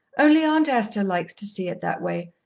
only aunt esther likes to see it that way.